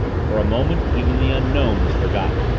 for a moment even the unknown was forgotten.